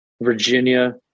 Virginia